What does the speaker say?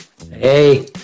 Hey